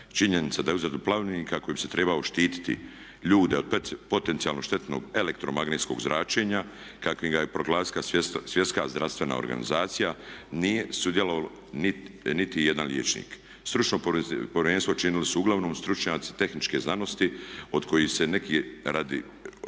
Činjenica je za izradu pravilnika kojim bi se trebalo štiti ljude od potencijalno štetnog elektromagnetskog zračenja kakvim ga je proglasila Svjetska zdravstvena organizacija nije sudjelovao niti jedan liječnik. Stručno povjerenstvo činili su uglavnom stručnjaci tehničke znanosti od kojih se neki rade